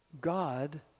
God